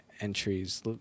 entries